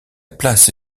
place